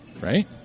right